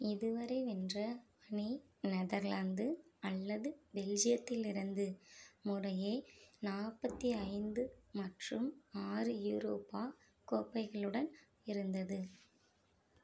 இதுவரை வென்ற அணி நெதர்லாந்து அல்லது பெல்ஜியத்திலிருந்து முறையே நாற்பத்தி ஐந்து மற்றும் ஆறு யூரோப்பா கோப்பைகளுடன் இருந்தது